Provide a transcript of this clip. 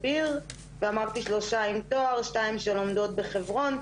אמרתי, שלוש עם תואר, שתיים שלומדות בחברון,